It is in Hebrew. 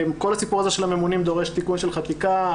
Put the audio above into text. כל הסיפור הזה של הממונים דורש תיקון של חקיקה.